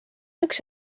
üks